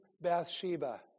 Bathsheba